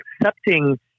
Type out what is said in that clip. Accepting